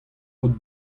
paotr